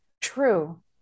true